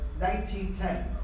1910